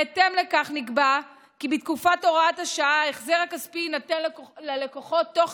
בהתאם לכך נקבע כי בתקופת הוראת השעה ההחזר הכספי יינתן ללקוחות בתוך